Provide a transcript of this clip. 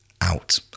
out